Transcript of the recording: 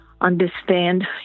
understand